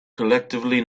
collectively